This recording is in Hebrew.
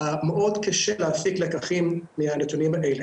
ומאוד קשה להפיק לקחים מהנתונים האלה.